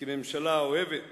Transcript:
כממשלה אוהבת ובונה,